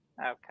Okay